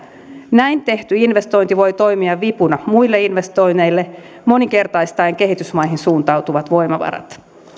näin tehty investointi voi toimia vipuna muille investoinneille moninkertaistaen kehitysmaihin suuntautuvat voimavarat